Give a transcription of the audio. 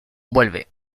vuelve